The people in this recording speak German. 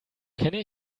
kenne